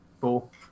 Cool